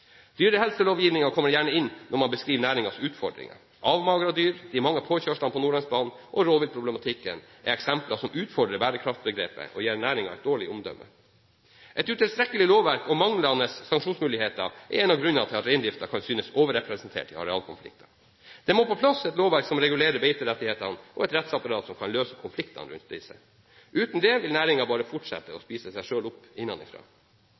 kommer gjerne inn når man beskriver næringens utfordringer. Avmagrede dyr, de mange påkjørslene på Nordlandsbanen og rovviltproblematikken er eksempler som utfordrer bærekraftsbegrepet og gir næringen dårlig omdømme. Et utilstrekkelig lovverk og manglende sanksjonsmuligheter er noe av grunnene til at reindriften kan synes overrepresentert i arealkonflikter. Det må på plass et lovverk som regulerer beiterettighetene, og et rettsapparat som kan løse konfliktene rundt disse. Uten det vil næringen bare fortsette å spise seg selv opp